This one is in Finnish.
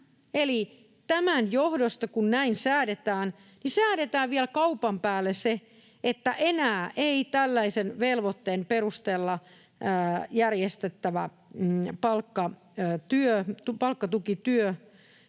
tämän johdosta, kun näin säädetään, säädetään vielä kaupan päälle se, että enää ei tällaisen velvoitteen perusteella järjestettävä palkkatukityö